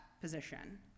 position